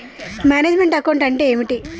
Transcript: Manage meant account అంటే ఏమిటి?